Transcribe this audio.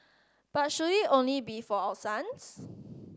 but should it only be for our sons